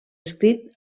escrit